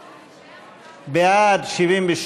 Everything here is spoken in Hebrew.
בעד, 72,